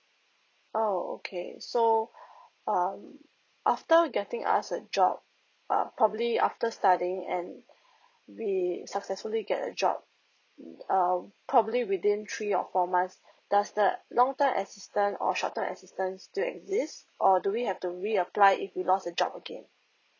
oh okay so um after getting us a job err probably after studying and we successfully get a job err probably within three or four months does the long term assistant or short term assistant still exist or do we have to re apply if you lost the job again